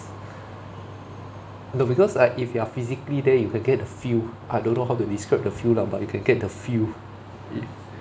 no because ah if you are physically there you can get a feel I don't know how to describe the feel lah but you can get the feel